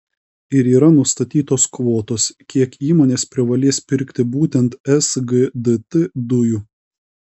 ir yra nustatytos kvotos kiek įmonės privalės pirkti būtent sgdt dujų